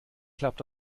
klappt